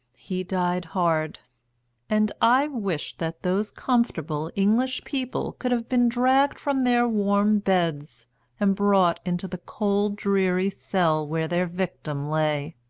he died hard and i wished that those comfortable english people could have been dragged from their warm beds and brought into the cold dreary cell where their victim lay,